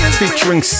featuring